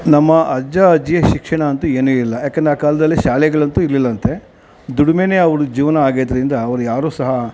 ನಮ್ಮ ಅಜ್ಜ ಅಜ್ಜಿಯ ಶಿಕ್ಷಣ ಅಂತೂ ಏನೂ ಇಲ್ಲ ಯಾಕಂದರೆ ಆ ಕಾಲದಲ್ಲಿ ಶಾಲೆಗಳಂತೂ ಇರಲಿಲ್ಲಂತೆ ದುಡಿಮೇನೆ ಅವ್ರ ಜೀವನ ಆಗಿದ್ದರಿಂದ ಅವ್ರು ಯಾರೂ ಸಹ